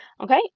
Okay